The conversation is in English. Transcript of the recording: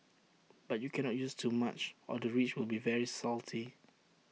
but you cannot use too much or the rice will be very salty